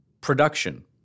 production